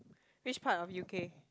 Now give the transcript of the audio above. which part of U_K